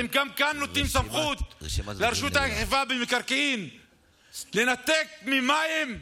אתם גם כאן נותנים סמכות לרשות האכיפה במקרקעין לנתק ממים,